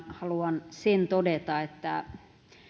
haluan sen todeta että